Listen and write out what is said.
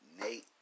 Nate